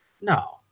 no